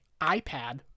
iPad